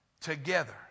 together